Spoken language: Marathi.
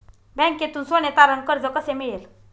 बँकेतून सोने तारण कर्ज कसे मिळेल?